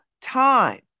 time